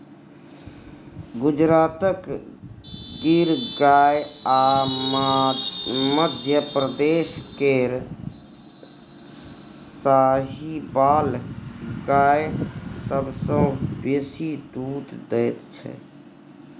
गुजरातक गिर गाय आ मध्यप्रदेश केर साहिबाल गाय सबसँ बेसी दुध दैत छै